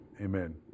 Amen